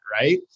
right